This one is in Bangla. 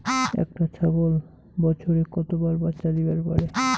একটা ছাগল বছরে কতবার বাচ্চা দিবার পারে?